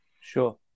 sure